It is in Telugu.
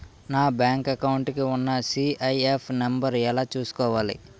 నా బ్యాంక్ అకౌంట్ కి ఉన్న సి.ఐ.ఎఫ్ నంబర్ ఎలా చూసుకోవాలి?